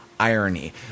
Irony